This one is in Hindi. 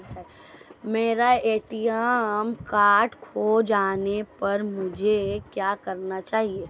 मेरा ए.टी.एम कार्ड खो जाने पर मुझे क्या करना होगा?